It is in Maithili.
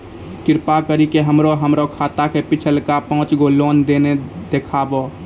कृपा करि के हमरा हमरो खाता के पिछलका पांच गो लेन देन देखाबो